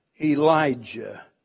Elijah